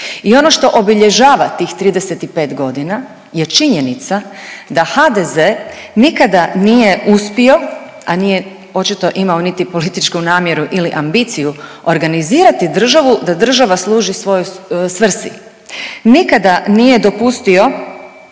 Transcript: I ono što obilježava tih 35 godina je činjenica da HDZ nikada nije uspio, a nije očito imao niti političku namjeru ili ambiciju organizirati državu da država služi svojoj svrsi. Nikada nije dopustio